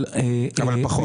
אבל פחות.